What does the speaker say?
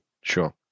Sure